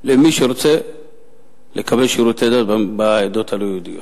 למי שרוצה לקבל שירותי דת בעדות הלא-יהודיות.